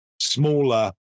smaller